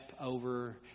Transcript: over